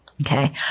Okay